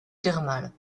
thermales